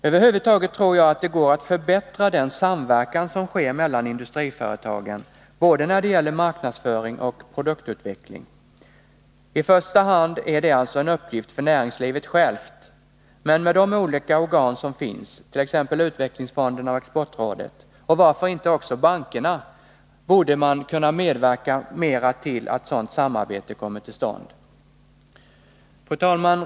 Jag tror att det över huvud taget går att förbättra den samverkan som sker mellan industriföretagen, både när det gäller marknadsföring och i fråga om produktutveckling. I första hand är det en uppgift för näringslivet självt. Men de olika organ som finns, t.ex. utvecklingsfonderna och exportrådet, och varför inte också bankerna, borde kunna medverka till att mer samarbete kommer till stånd. Fru talman!